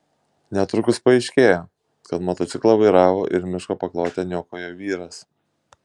netrukus paaiškėjo kad motociklą vairavo ir miško paklotę niokojo vyras